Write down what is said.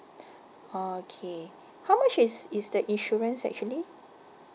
okay how much is is the insurance actually